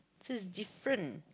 so is different